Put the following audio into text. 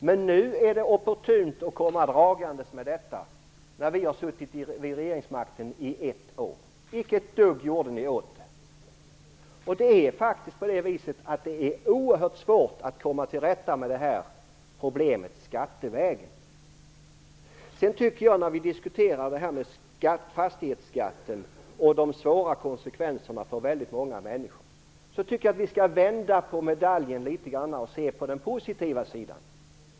Men nu är det opportunt att komma dragandes med detta när vi har suttit vid regeringsmakten i ett år. Ni gjorde icke ett dugg åt det. Det är oerhört svårt att komma till rätta med problemet skattevägen. När vi diskuterar fastighetsskatten och de svåra konsekvenserna för väldigt många människor tycker jag att vi skall vända litet grand på medaljen och se på den positiva sidan.